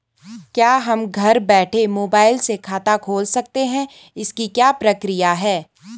क्या हम घर बैठे मोबाइल से खाता खोल सकते हैं इसकी क्या प्रक्रिया है?